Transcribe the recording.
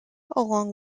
along